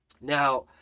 now